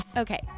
Okay